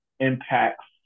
impacts